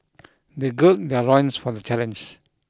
they gird their loins for the challenge